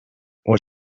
what